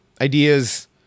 ideas